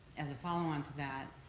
as follow on to that,